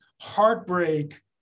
heartbreak